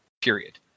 Period